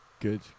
good